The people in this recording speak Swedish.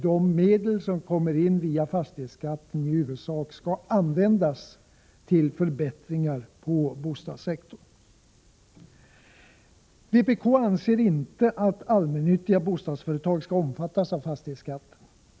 De medel som kommer in via fastighetsskatten skall i huvudsak användas till förbättringar på bostadssektorn. Vpk anser inte att allmännyttiga bostadsföretag skall omfattas av fastighetsskatten.